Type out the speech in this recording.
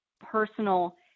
personal